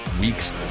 week's